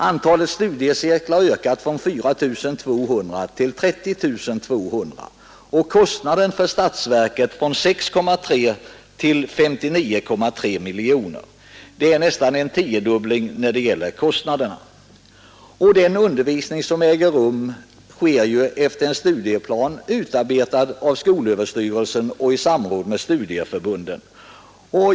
Antalet studiecirklar har ökat från 4 200 till 30 200, och kostnaden för statsverket har ökat från 6,3 till 59,3 miljoner kronor. Det är nästan en tiodubbling när det gäller kostnaderna. Och den undervisning som äger rum sker ju efter en studieplan, utarbetad av skolöverstyrelsen i samråd med studieförbunden.